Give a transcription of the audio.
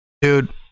Dude